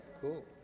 Cool